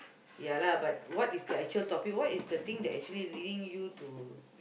ya lah but what is the actual topic what is the thing that actually leading you to